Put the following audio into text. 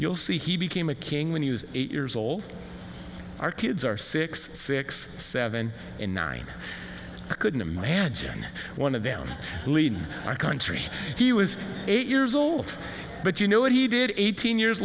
you'll see he became a king when used eight years old our kids are six six seven and nine couldn't imagine one of them lean our country he was eight years old but you know what he did eighteen years